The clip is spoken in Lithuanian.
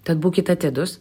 tad būkit atidūs